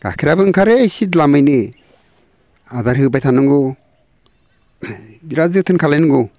गाइखेराबो ओंखारो एसे द्लामैनो आदार होबाय थानांगौ बिराद जोथोन खालामनांगौ